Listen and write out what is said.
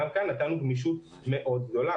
גם כאן נתנו גמישות מאוד גדולה.